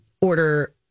order